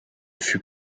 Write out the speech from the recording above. fut